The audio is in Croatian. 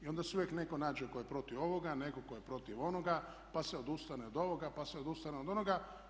I onda se uvijek netko nađe tko je protiv ovoga, nego tko je protiv onoga, pa se odustane od ovoga, pa se odustane od onoga.